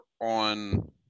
on